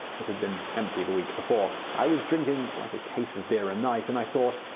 it had been empty the week before. i was drinking, like, a case of beer a night. and i thought,